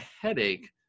headache